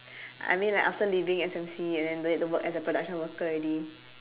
I mean like after leaving S_M_C and then don't need to work as a production worker already